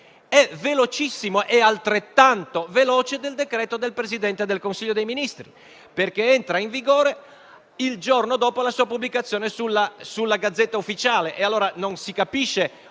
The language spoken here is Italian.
è velocissimo, è altrettanto veloce del decreto del Presidente del Consiglio dei ministri, perché entra in vigore il giorno successivo alla sua pubblicazione in Gazzetta Ufficiale. Allora non si capisce: